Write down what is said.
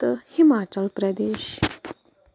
تہٕ ہِماچَل پرٛدیش